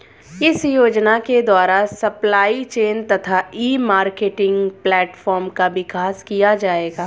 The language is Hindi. इस योजना के द्वारा सप्लाई चेन तथा ई मार्केटिंग प्लेटफार्म का विकास किया जाएगा